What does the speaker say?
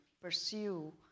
pursue